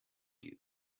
you